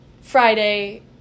Friday